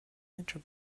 winter